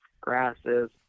grasses